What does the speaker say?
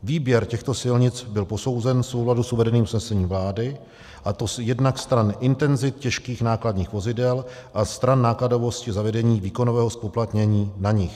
Výběr těchto silnic byl posouzen v souladu s uvedeným usnesením vlády, a to jednak stran intenzit těžkých nákladních vozidel a stran nákladovosti zavedení výkonového zpoplatnění na nich.